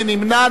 מי נמנע?